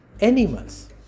animals